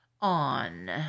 on